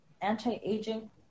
Anti-aging